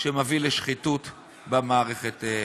שמביא לשחיתות במערכת הזאת.